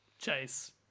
Chase